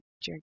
jerk